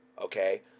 okay